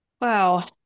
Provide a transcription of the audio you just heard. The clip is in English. Wow